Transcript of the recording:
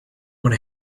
when